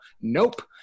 nope